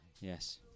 Yes